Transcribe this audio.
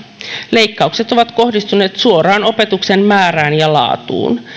leikkaukset ovat kohdistuneet suoraan opetuksen määrään ja laatuun